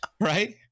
right